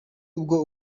ubwo